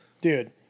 Dude